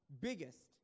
biggest